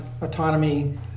autonomy